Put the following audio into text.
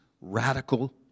radical